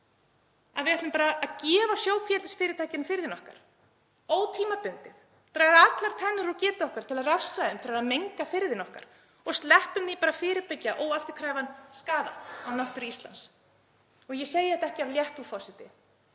að við ætlum bara að gefa sjókvíaeldisfyrirtækjunum firðina okkar ótímabundið, draga allar tennur úr getu okkar til að refsa þeim fyrir að menga firðina okkar og sleppa því bara að fyrirbyggja óafturkræfan skaða á náttúru Íslands. Ég segi þetta ekki af léttúð, forseti.